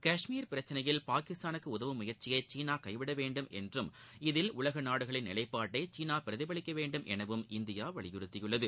காஷ்மீர் பிரச்சினையில் பாகிஸ்தானுக்கு உதவும் முயற்சியை சீனா கைவிட வேன்டும் என்றும் இதில் உலக நாடுகளின் நிலைப்பாடைடை சீனா பிரதிபலிக்க வேண்டும் என இந்தியா வலியுறுத்தியுள்ளது